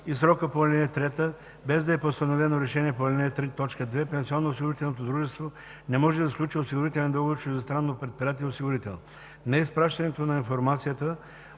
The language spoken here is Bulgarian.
в срока по ал. 3, без да е постановено решение по ал. 3, т. 2, пенсионноосигурителното дружество не може да сключи осигурителен договор с чуждестранното предприятие осигурител. Неизпращането на информацията